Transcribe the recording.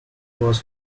was